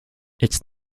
its